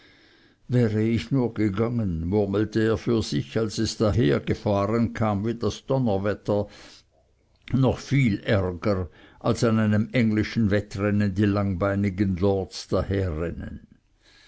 ware ich nur gegangen murmelte er für sich als es dahergefahren kam wie das donnerwetter noch viel ärger als an einem englischen wettrennen die langbeinigen lords